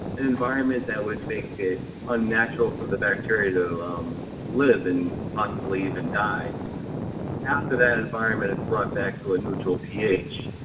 environment that would make it unnatural for the bacteria to live and possibly even die after that environment is brought back to a neutral ph,